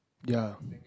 ya